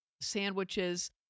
sandwiches